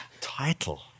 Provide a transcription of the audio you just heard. Title